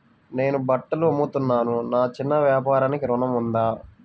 నేను బట్టలు అమ్ముతున్నాను, నా చిన్న వ్యాపారానికి ఋణం ఉందా?